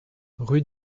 rue